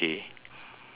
now your turn ah